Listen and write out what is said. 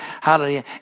hallelujah